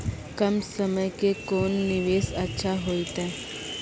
कम समय के कोंन निवेश अच्छा होइतै?